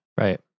Right